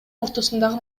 ортосундагы